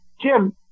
Jim